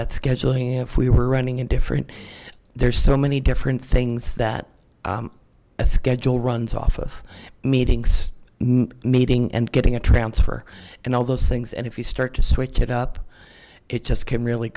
that scheduling if we were and different there's so many different things that a schedule runs off of meetings meeting and getting a transfer and all those things and if you start to switch it up it just can really